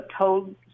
told